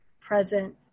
present